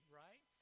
right